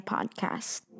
Podcast